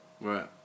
Right